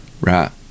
right